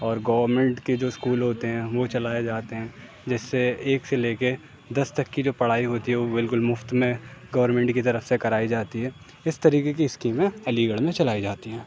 اور گورنمنٹ کے جو اسکول ہوتے ہیں وہ چلائے جاتے ہیں جس سے ایک سے لے کے دس تک کی جو پڑھائی ہوتی ہے وہ بالکل مفت میں گورمنٹ کی طرف سے کرائی جاتی ہے اس طریقے کی اسکیمیں علی گڑھ میں چلائی جاتی ہیں